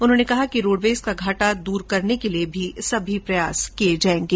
उन्होंने कहा कि रोडवेज का घाटा दूर करने के लिए भी सभी प्रयास किए जाएंगे